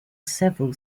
several